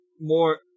more-